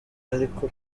ariko